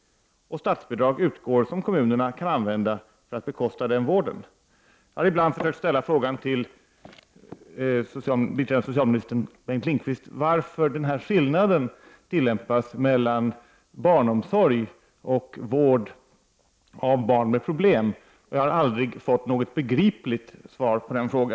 Statsbidrag utgår som kommunerna kan använda för att bekosta vården. Jag har ibland försökt ställa frågan till biträdande socialministern Bengt Lindqvist varför den här skillnaden tillämpas mellan barnomsorg och vård av barn med problem, och jag har aldrig fått något begripligt svar.